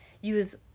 use